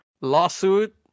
lawsuit